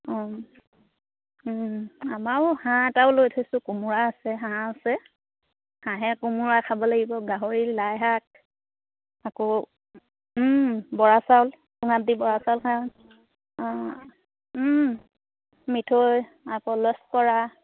অঁ আমাৰো হাঁহ এটাও লৈ থৈছোঁ কোমোৰা আছে হাঁহ আছে হাঁহে কোমোৰা খাব লাগিব গাহৰি লাইশাক আকৌ বৰা চাউল চুঙাত দি বৰা চাউল মিঠৈ আকৌ লস্কৰা